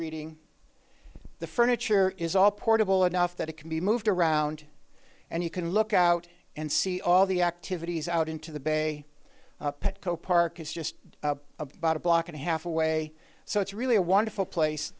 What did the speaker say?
reading the furniture is all portable enough that it can be moved around and you can look out and see all the activities out into the bay petco park is just about a block and a half away so it's really a wonderful place